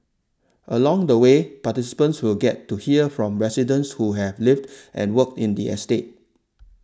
along the way participants will get to hear from residents who have lived and worked in the estate